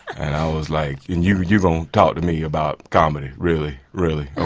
and i was like you you don't talk to me about comedy, really, really, ok,